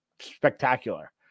spectacular